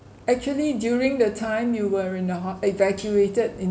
actually during the time you were in the ho~ evacuated in